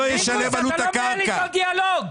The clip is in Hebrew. אתה לא מנהל איתו דיאלוג.